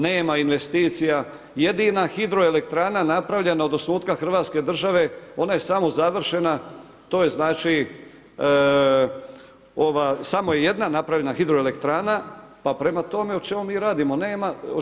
Nema investicija, jedina hidroelektrana napravljena od osnutka Hrvatske države ona je samo završena, to je samo je jedna napravljena hidroelektrana, pa prema tome o čemu mi govorimo.